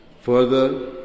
Further